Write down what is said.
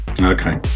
Okay